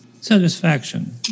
Satisfaction